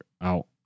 out